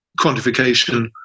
quantification